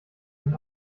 sind